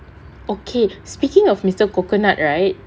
okay speaking of Mr Coconut right